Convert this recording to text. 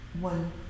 one